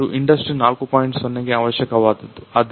0 ಗೆ ಅವಶ್ಯಕವಾದದ್ದು